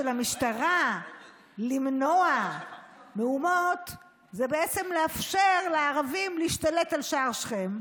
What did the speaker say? המשטרה למנוע מהומות זה לאפשר לערבים להשתלט על שער שכם,